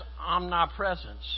omnipresence